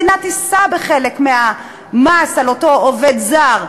המדינה תישא בחלק מהמס על אותו עובד זר,